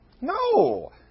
No